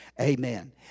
Amen